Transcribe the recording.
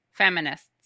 feminists